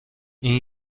این